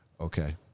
Okay